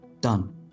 Done